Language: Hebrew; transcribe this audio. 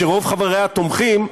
שרוב חבריה תומכים,